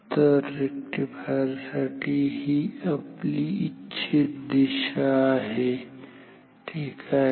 तर रेक्टिफायर साठी ही आपली इच्छित दिशा आहे ठीक आहे